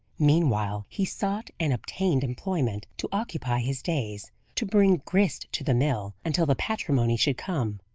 meanwhile he sought and obtained employment to occupy his days to bring grist to the mill, until the patrimony should come.